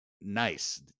nice